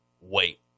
wait